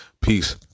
Peace